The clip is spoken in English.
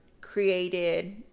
created